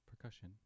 percussion